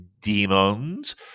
demons